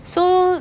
so